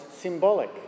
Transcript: symbolic